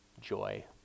joy